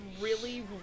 really-